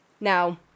Now